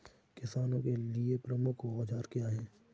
किसानों के लिए प्रमुख औजार क्या हैं?